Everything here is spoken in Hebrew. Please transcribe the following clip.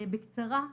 בקצרה,